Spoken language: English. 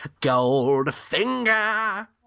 Goldfinger